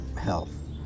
health